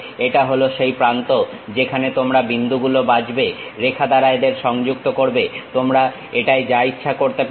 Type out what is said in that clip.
এটা হলো সেই প্রান্ত যেখানে তোমরা বিন্দুগুলো বাছবে রেখা দ্বারা এদের সংযুক্ত করবে তোমরা এটায় যা ইচ্ছা করতে পারো